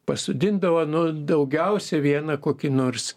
pasodindavo nu daugiausiai vieną kokį nors